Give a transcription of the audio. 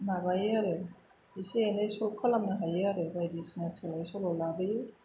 माबायो आरो एसे एनै सल्ब खालामनो हायो आरो बायदिसिना सोलाय सोल' लाबोयो